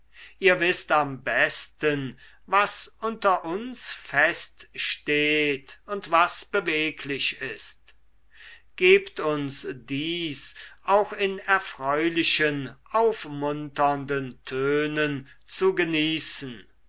ihr wißt am besten was unter uns fest steht und was beweglich ist gebt uns dies auch in erfreulichen aufmunternden tönen zu genießen